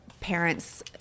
parents